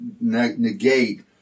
negate